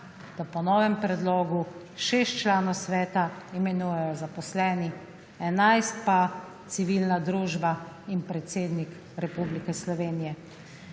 da po novem predlogu 6 članov sveta imenujejo zaposleni, 11 pa civilna družba in predsednik Republike Slovenije.